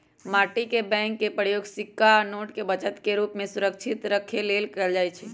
माटी के बैंक के प्रयोग सिक्का आ नोट के बचत के रूप में सुरक्षित रखे लेल कएल जाइ छइ